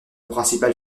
principal